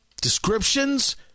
descriptions